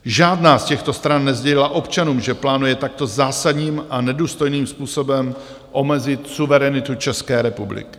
Žádná z těchto stran nesdělila občanům, že plánuje takto zásadním a nedůstojným způsobem omezit suverenitu České republiky.